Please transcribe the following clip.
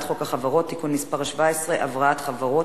חוק החברות (תיקון מס' 17) (הבראת חברות),